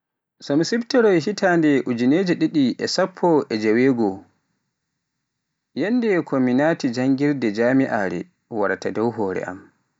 So misiftoroy hitande ujinere didi e sppo e jeweego, yammde mi naati janngirde jam'iare waraata dow hoore am.